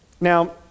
Now